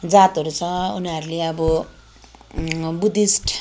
जातहरू छ उनीहरूले अब बुद्धिस्ट